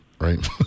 Right